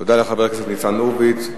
תודה לחבר הכנסת ניצן הורוביץ.